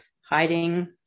hiding